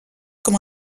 com